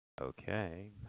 Okay